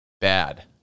bad